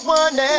one